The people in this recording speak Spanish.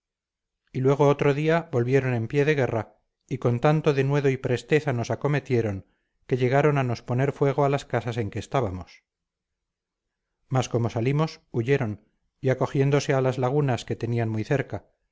y luego otro día volvieron en pie de guerra y con tanto denuedo y presteza nos acometieron que llegaron a nos poner fuego a las casas en que estábamos mas como salimos huyeron y acogiéronse a las lagunas que tenían muy cerca